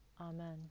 Amen